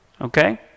okay